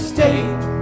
State